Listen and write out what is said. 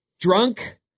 Drunk